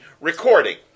Recording